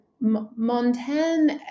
Montaigne